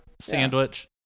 Sandwich